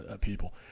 people